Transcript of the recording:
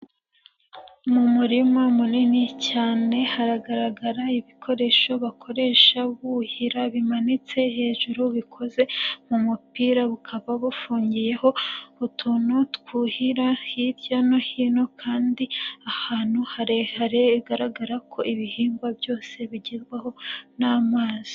Mu murima munini cyane hagaragara ibikoresho bakoresha buhira bimanitse hejuru bikoze mu mupira bukaba bufungiyeho utuntu twuhira hirya no hino kandi ahantu harehare bigaragara ko ibihingwa byose bigerwaho n'amazi.